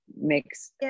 makes